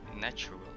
natural